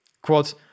Quote